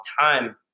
time